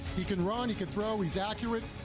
he can run, he can throw, he's accurate,